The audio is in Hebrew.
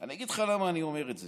אני אגיד לך למה אני אומר את זה.